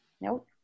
Nope